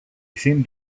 seemed